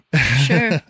Sure